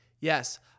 yes